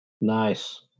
Nice